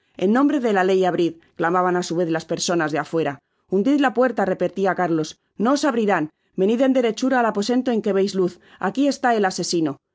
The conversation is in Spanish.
en nombre de la ley abrid clamaban i sus vez las personas de afuera hundid la puerta repetia carlos no os abrirán venid en derechura al aposento en que veis luz aqui eslá el asesino las